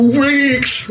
weeks